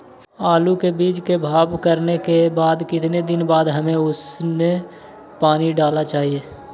आलू के बीज के भाव करने के बाद कितने दिन बाद हमें उसने पानी डाला चाहिए?